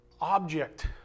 object